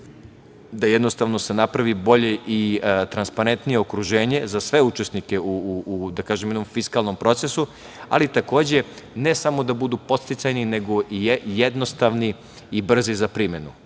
da jednostavno se napravi bolje i transparentnije okruženje za sve učesnike u, da kažem, jednom fiskalnom procesu, ali takođe ne samo da budu podsticajni, nego i jednostavni i brzi za primenu. Tako